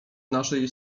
naszej